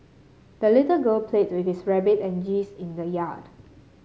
the little girl played with her rabbit and geese in the yard